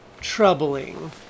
troubling